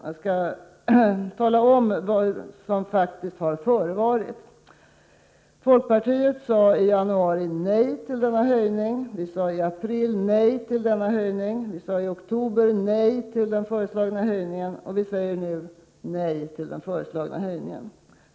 Jag skall tala om vad som faktiskt har förevarit. Folkpartiet sade i januari nej till denna höjning, vi sade i april nej till höjningen, vi sade i oktober nej till den föreslagna höjningen och vi säger nu nej till den föreslagna höjningen.